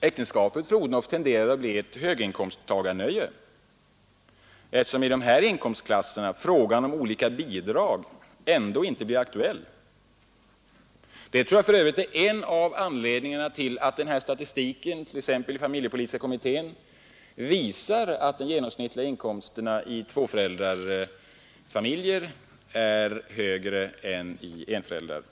Äktenskapet, fru Odhnoff, tenderar att bli ett höginkomsttagarnöje, eftersom i dessa inkomstklasser frågan om olika bidrag ändå inte blir aktuell. Det tror jag för övrigt är en av anledningarna till att statistiken i familjepolitiska kommittén visar att de genomsnittliga inkomsterna i tvåförälderfamiljerna är högre än i enförälderfamiljerna.